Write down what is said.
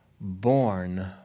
born